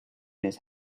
his